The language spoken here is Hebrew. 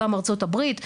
ארצות הברית,